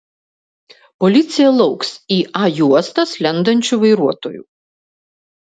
policija lauks į a juostas lendančių vairuotojų